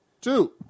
Two